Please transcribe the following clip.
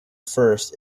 first